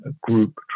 group